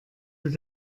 mit